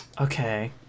Okay